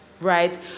right